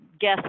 guess